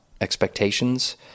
expectations